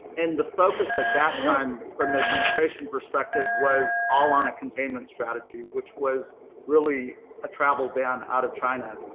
and the focus at that time from the administration perspective was all on a containment strategy, which was really a travel ban out of china.